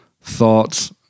thoughts